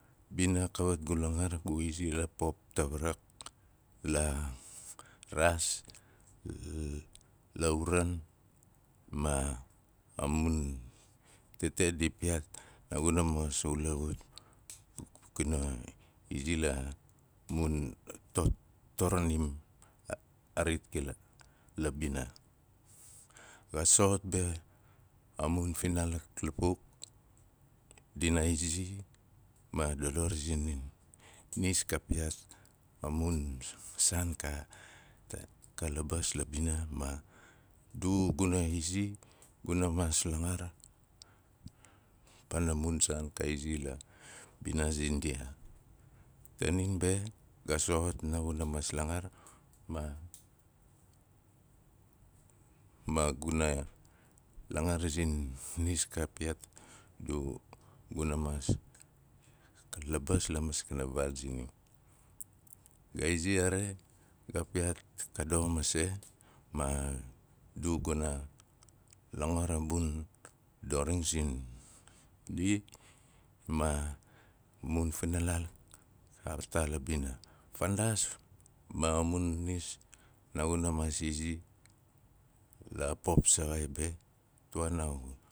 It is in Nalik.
Bina kawit gu langar, gu izi la pop tawarak la raas, l- l- la uran ma mun lete di piyaat naaguna maas ulewut kura izi la mun to to ranim ak- orit kila la bina. Ga so soxot a be a mun finaalik lapuk dinaa izizi ma dador zinim. Nis ka piyaat a mun saan ka- ka labas la bina ma du guna izi guna maas langar, pana mun saan ka izi la bina zindiaa. Tanin be ga soxot naaguna maas langar ma- ma guna maas langar zin nis ka piyaat du gunamaas labas la maskana vaal zinim. Ga izi are ga piyaat ka doxo mase ma du gana longor a mun doring sin ai ma mun finaal lak a taa la bina, fandas ma a mun nis naaguna maas izi la pop saxai be, tuwaa naa- u